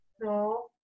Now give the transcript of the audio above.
no